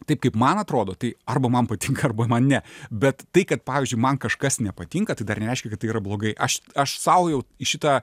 taip kaip man atrodo tai arba man patinka arba man ne bet tai kad pavyzdžiui man kažkas nepatinka tai dar nereiškia kad tai yra blogai aš aš sau jau į šitą